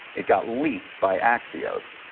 it got leaked by axios.